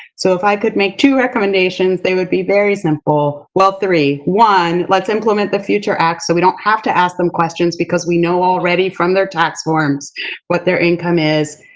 so, if i could make two recommendations, they would be very simple, well, three. one, let's implement the future act so we don't have to ask them questions because we know already from their tax forms what their income is.